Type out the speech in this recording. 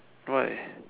why